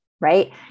right